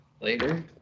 Later